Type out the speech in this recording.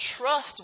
trust